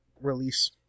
release